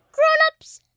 grown-ups,